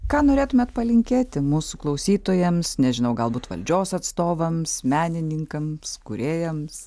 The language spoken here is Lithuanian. ką norėtumėt palinkėti mūsų klausytojams nežinau galbūt valdžios atstovams menininkams kūrėjams